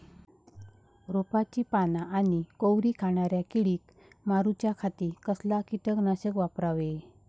रोपाची पाना आनी कोवरी खाणाऱ्या किडीक मारूच्या खाती कसला किटकनाशक वापरावे?